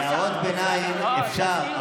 הערות ביניים אפשר,